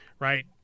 Right